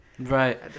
Right